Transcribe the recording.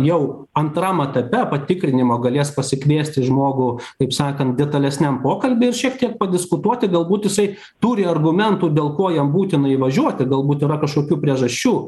jau antram etape patikrinimo galės pasikviesti žmogų kaip sakant detalesniam pokalbiui ir šiek tiek padiskutuoti galbūt jisai turi argumentų dėl ko jam būtina įvažiuoti galbūt yra kažkokių priežasčių